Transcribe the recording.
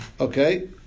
Okay